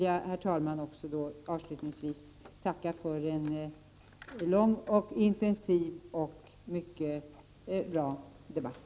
Jag vill avslutningsvis, herr talman, tacka för en lång, intensiv och mycket bra debatt.